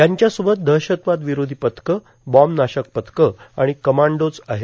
यांच्यासोबत दहशतवाद विरोधी पथकं बॉम्ब नाशक पथकं कमांडोज आहेत